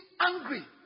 angry